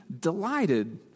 delighted